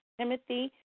Timothy